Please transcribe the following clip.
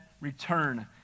return